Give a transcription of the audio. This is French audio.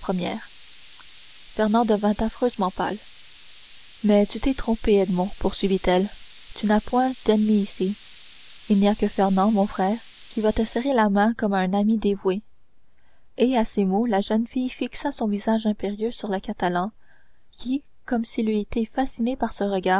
fernand devint affreusement pâle mais tu t'es trompé edmond poursuivit-elle tu n'as point d'ennemi ici il n'y a que fernand mon frère qui va te serrer la main comme à un ami dévoué et à ces mots la jeune fille fixa son visage impérieux sur le catalan qui comme s'il eût été fasciné par ce regard